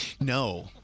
No